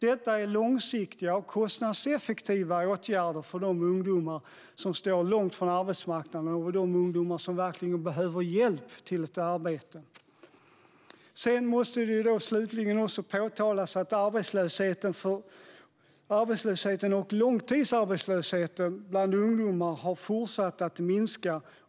Detta är långsiktiga och kostnadseffektiva åtgärder för de ungdomar som står långt från arbetsmarknaden och de ungdomar som verkligen behöver hjälp att få ett arbete. Slutligen måste det också påpekas att arbetslösheten och långtidsarbetslösheten bland ungdomar har fortsatt att minska.